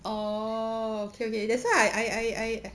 oh okay okay that's why I I I